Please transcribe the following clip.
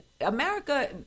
America